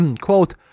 quote